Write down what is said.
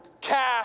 cash